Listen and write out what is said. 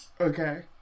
Okay